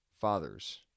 Fathers